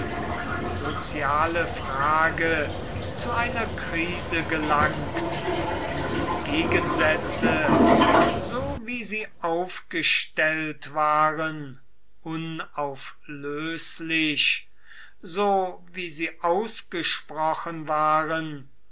die soziale frage zu einer krise gelangt wo die gegensätze so wie sie aufgestellt waren unauflöslich so wie sie ausgesprochen waren